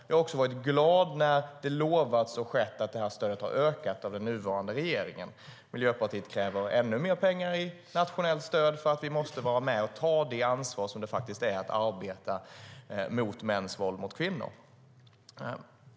Jag har också varit glad när det har lovats och skett att det här stödet har ökat under den nuvarande regeringen. Miljöpartiet kräver ännu mer pengar i nationellt stöd, för vi måste vara med och ta det ansvar som det faktiskt är att arbeta mot mäns våld mot kvinnor.